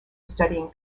studying